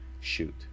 Shoot